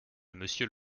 monsieur